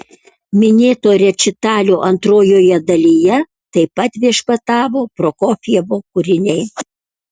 minėto rečitalio antrojoje dalyje taip pat viešpatavo prokofjevo kūriniai